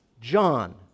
John